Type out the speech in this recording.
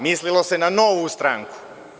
Mislilo se na Novu stranku.